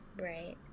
Right